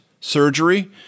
surgery